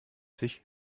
sich